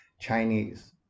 Chinese